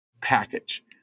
package